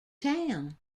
town